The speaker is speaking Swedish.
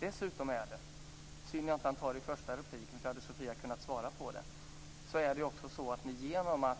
Det är synd att jag inte hann ta detta i första repliken, eftersom Sofia Jonsson då hade kunnat svara på det. Genom att